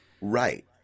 Right